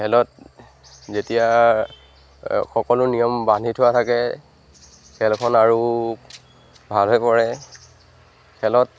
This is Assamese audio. খেলত যেতিয়া সকলো নিয়ম বান্ধি থোৱা থাকে খেলখন আৰু ভাল হৈ পৰে খেলত